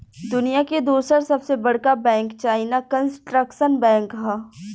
दुनिया के दूसर सबसे बड़का बैंक चाइना कंस्ट्रक्शन बैंक ह